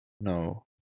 No